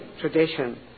tradition